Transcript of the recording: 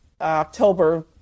October